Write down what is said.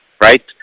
Right